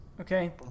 okay